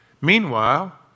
Meanwhile